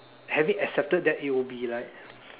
having accepted that it will be like